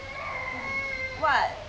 nowadays seem like very fragile